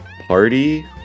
party